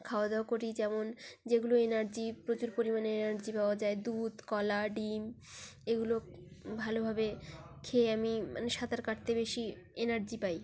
খাওয়া দাওয়া করি যেমন যেগুলো এনার্জি প্রচুর পরিমাণে এনার্জি পাওয়া যায় দুধ কলা ডিম এগুলো ভালোভাবে খেয়ে আমি মানে সাঁতার কাটতে বেশি এনার্জি পাই